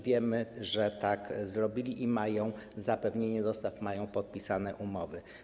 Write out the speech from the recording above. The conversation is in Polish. Wiemy, że tak zrobili i mają zapewnienie dostaw, mają podpisane umowy.